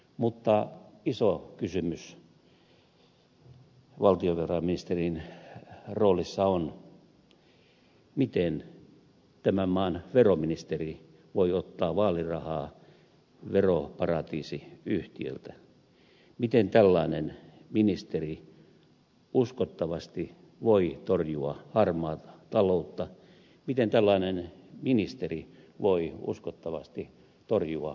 mutta iso kysymys valtiovarainministerin roolissa on miten tämän maan veroministeri voi ottaa vaalirahaa veroparatiisiyhtiöltä miten tällainen ministeri uskottavasti voi torjua harmaata taloutta miten tällainen ministeri voi uskottavasti torjua veronkiertoa